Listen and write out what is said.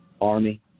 Army